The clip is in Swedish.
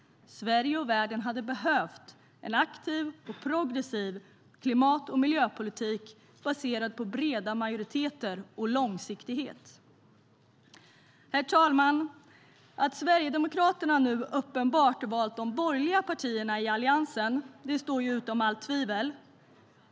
Sverige och världen hade behövt en aktiv och progressiv klimat och miljöpolitik baserad på breda majoriteter och långsiktighet. Herr talman! Att Sverigedemokraterna uppenbart valt de borgerliga partierna i Alliansen står utom allt tvivel.